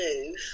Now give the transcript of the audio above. move